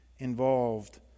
involved